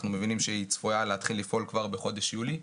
אנחנו מבינים שהיא צפויה להתחיל לפעול כבר בחודש יולי.